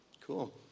Cool